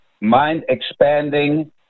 mind-expanding